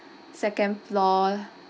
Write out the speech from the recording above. second floor